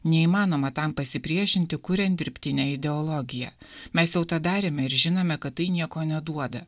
neįmanoma tam pasipriešinti kuriant dirbtinę ideologiją mes jau tą darėme ir žinome kad tai nieko neduoda